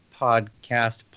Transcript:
podcast